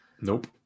Nope